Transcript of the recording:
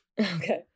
Okay